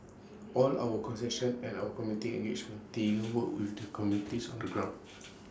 all our concessions and our community engagement teams work with the communities on the ground